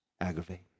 aggravate